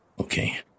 Okay